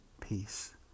peace